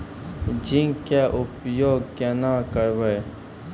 Zinc के उपयोग केना करये?